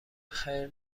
خیر